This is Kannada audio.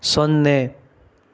ಸೊನ್ನೆ